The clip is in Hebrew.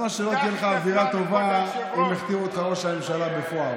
למה שלא תהיה לך אווירה טובה אם הכתירו אותך לראש הממשלה בפועל?